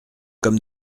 comme